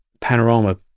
Panorama